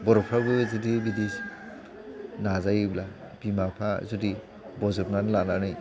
बर'फोराबो बिदि जुदि नाजायोब्ला बिमा बिफा जुदि बज'बनानै लानानै